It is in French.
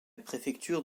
préfecture